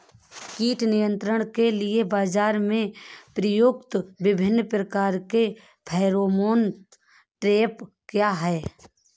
कीट नियंत्रण के लिए बाजरा में प्रयुक्त विभिन्न प्रकार के फेरोमोन ट्रैप क्या है?